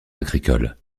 agricole